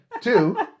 Two